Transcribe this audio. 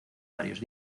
varios